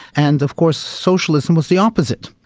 and of course socialism was the opposite.